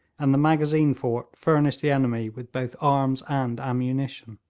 and the magazine fort furnished the enemy with both arms and ammunition.